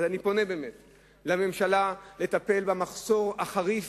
אז אני פונה באמת לממשלה לטפל במחסור החריף